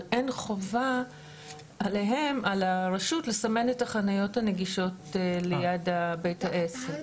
אבל אין חובה על הרשות לסמן את החניות הנגישות ליד בית העסק.